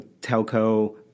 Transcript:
telco